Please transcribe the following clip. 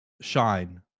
shine